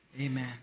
amen